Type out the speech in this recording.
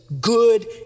good